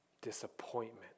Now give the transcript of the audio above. disappointment